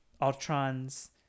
Ultron's